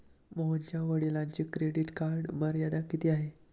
मोहनच्या वडिलांची credit card मर्यादा किती आहे?